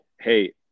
Hey